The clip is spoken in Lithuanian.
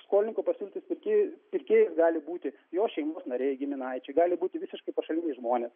skolininko pasiūlytas pirkė pirkėjais gali būti jo šeimos nariai giminaičiai gali būti visiškai pašaliniai žmonės